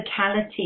physicality